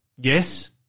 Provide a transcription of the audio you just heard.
Yes